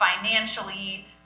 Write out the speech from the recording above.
financially